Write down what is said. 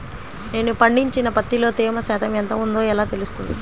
నేను పండించిన పత్తిలో తేమ శాతం ఎంత ఉందో ఎలా తెలుస్తుంది?